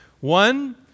One